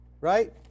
right